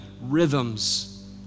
rhythms